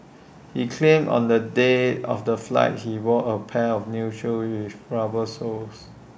he claimed on the day of the flight he wore A pair of new shoes with rubber soles